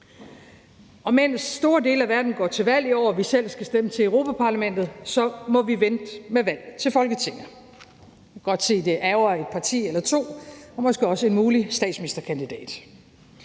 Mens store dele af verden går til valg i år og vi selv skal stemme til Europa-Parlamentet, må vi vente med valg til Folketinget. Jeg kan godt se, at det ærgrer et parti eller to og måske også en mulig statsministerkandidat.